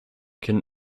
can